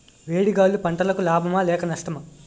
వేడి గాలులు పంటలకు లాభమా లేక నష్టమా?